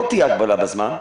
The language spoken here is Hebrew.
לא תהיה הגבלת זמן,